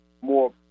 more